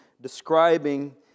describing